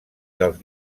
dels